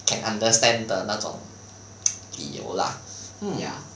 can understand 的那种 理由 lah hmm